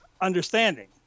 understanding